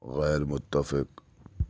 غیر متفق